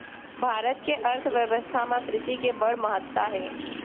भारत के अर्थबेवस्था म कृसि के बड़ महत्ता हे